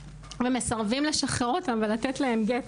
ומסרבים לשחרר אותן ולתת להן גט.